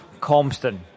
Comston